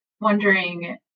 wondering